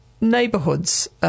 neighbourhoods